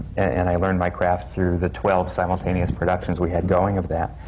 and i learned my craft through the twelve simultaneous productions we had going of that.